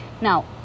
Now